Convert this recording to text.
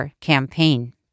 campaign